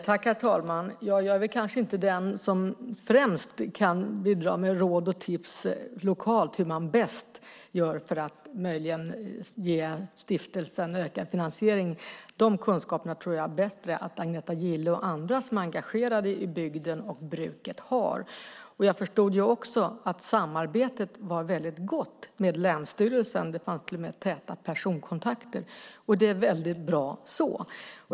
Herr talman! Jag är kanske inte den som främst kan bidra med råd och tips om hur man bäst gör lokalt för att ge stiftelsen en ökad finansiering. De kunskaperna tror jag att Agneta Gille och andra som är engagerade i bygden och bruket har. Jag förstod också att samarbetet med länsstyrelsen var väldigt gott. Det fanns till och med täta personkontakter. Det är väldigt bra.